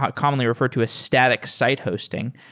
commonly referred to a static site hosting.